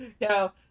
No